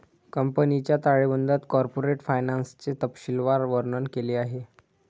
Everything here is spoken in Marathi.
कंपनीच्या ताळेबंदात कॉर्पोरेट फायनान्सचे तपशीलवार वर्णन केले आहे